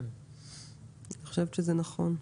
אני חושבת שזה נכון.